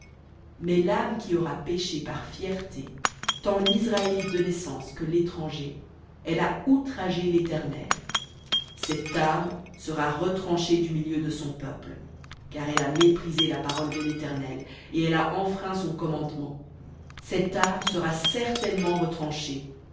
mais l'âme qui aura péché par fierté tant l'israélite de naissance que l'étranger elle a outragé l'éternel cette âme sera retranchée du milieu de son peuple car elle a méprisé la parole de l'éternel et elle a enfreint son commandement cette âme sera certainement retranchée